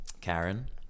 Karen